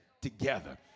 together